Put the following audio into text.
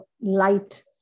light